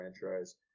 franchise